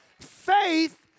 Faith